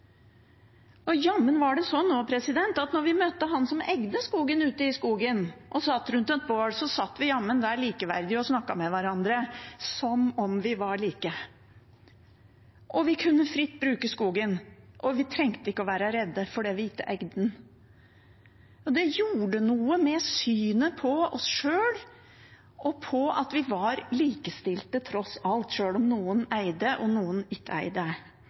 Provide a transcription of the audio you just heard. Og jammen var det sånn også at når vi møtte han som eide skogen, ute i skogen og satt rundt et bål, satt vi der likeverdige og snakket med hverandre som om vi var like. Vi kunne fritt bruke skogen, og vi trengte ikke å være redde fordi vi ikke eide den. Dette gjorde noe med synet på oss sjøl, og at vi var likestilte tross alt, sjøl om noen eide og noen ikke eide.